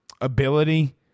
ability